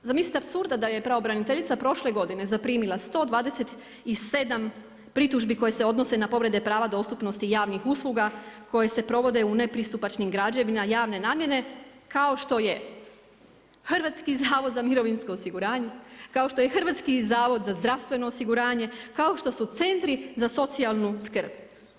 Zamislite apsurda da je pravobraniteljica prošle godine zaprimila 127 pritužbi koje se odnose na povrede prava dostupnosti javnih usluga koje se provode u nepristupačnim građevinama javne namjene kao što je Hrvatski zavod za mirovinsko osiguranje, kao što je Hrvatski zavod za zdravstveno osiguranje, kao što su centri za socijalnu skrb.